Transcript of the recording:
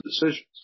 decisions